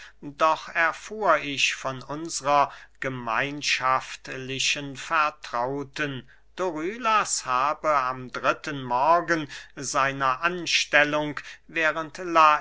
doch erfuhr ich von unsrer gemeinschaftlichen vertrauten dorylas habe am dritten morgen seiner anstellung während